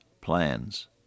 plans